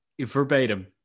verbatim